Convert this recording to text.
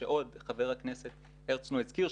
כשעוד חבר הכנסת הרצנו הזכיר,